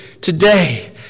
today